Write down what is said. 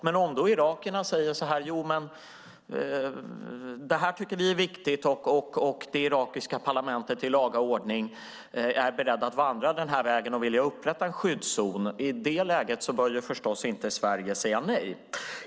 Men i ett läge där irakierna säger att de tycker att detta är viktigt och det irakiska parlamentet i laga ordning är beredda att vandra denna väg och upprätta en skyddszon bör Sverige förstås inte säga nej.